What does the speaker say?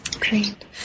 great